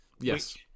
Yes